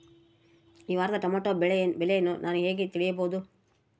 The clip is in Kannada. ಈ ವಾರದ ಟೊಮೆಟೊ ಬೆಲೆಯನ್ನು ನಾನು ಹೇಗೆ ತಿಳಿಯಬಹುದು?